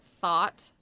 thought